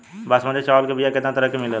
बासमती चावल के बीया केतना तरह के मिलेला?